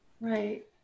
right